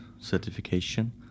certification